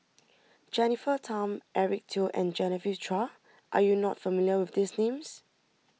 Jennifer Tham Eric Teo and Genevieve Chua are you not familiar with these names